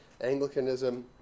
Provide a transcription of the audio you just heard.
Anglicanism